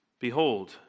behold